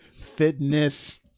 fitness